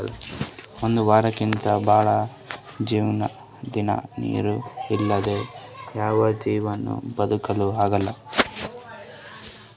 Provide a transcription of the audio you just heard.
ಒಂದ್ ವಾರಕ್ಕಿಂತ್ ಭಾಳ್ ದಿನಾ ನೀರ್ ಇರಲಾರ್ದೆ ಯಾವ್ ಜೀವಿನೂ ಬದಕಲಕ್ಕ್ ಆಗಲ್ಲಾ